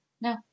No